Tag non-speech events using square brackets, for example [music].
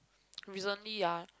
[noise] recently ah